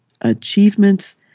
achievements